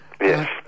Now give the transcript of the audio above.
Yes